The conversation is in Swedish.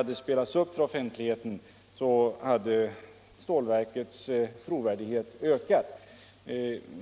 utskottet spelades upp för offentligheten, skulle projektets trovärdighet öka.